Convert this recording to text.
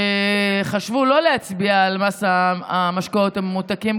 שחשבו לא להצביע על מס המשקאות הממותקים,